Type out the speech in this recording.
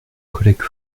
collègue